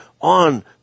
on